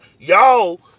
y'all